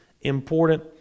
important